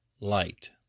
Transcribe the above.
light